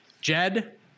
Jed